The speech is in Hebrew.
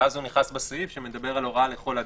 ואז הוא נכנס בסעיף שמדבר על הוראה לכל אדם.